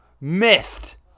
Missed